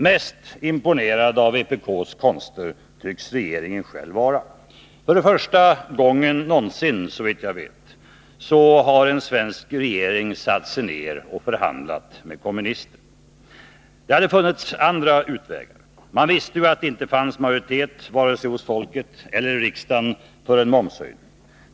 Mest imponerad av vpk:s konster tycks regeringen själv vara. För första gången någonsin, såvitt jag vet, har en svensk regering satt sig ner och förhandlat med kommunister. Det hade funnits andra utvägar. Man visste att det inte fanns majoritet vare sig hos folket eller i riksdagen för en momshöjning.